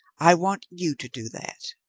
i want you to do that.